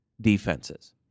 defenses